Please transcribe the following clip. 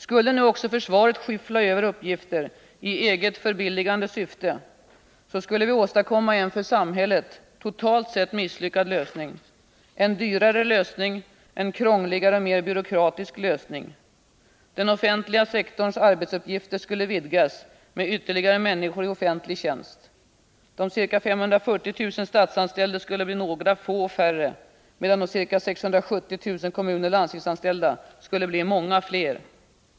Skulle nu också försvaret skyffla över uppgifter i eget förbilligande syfte, så skulle vi åstadkomma en för samhället totalt sett misslyckad lösning — en dyrare, en krångligare och en mer byråkratisk lösning. Den offentiga sektorns arbetsuppgifter skulle kräva ytterligare människor i offentlig tjänst. De ca 540 000 statsanställda skulle bli några färre, medan de ca 670 000 kommunoch landstingsanställda skulle bli många fler.